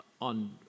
on